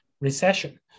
recession